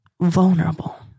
vulnerable